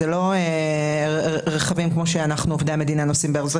לא רכבים כמו שעובדי המדינה נוסעים בהם,